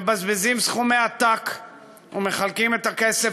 מבזבזים סכומי עתק ומחלקים את הכסף